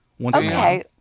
Okay